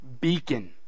beacon